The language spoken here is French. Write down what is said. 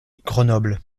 grenoble